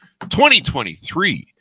2023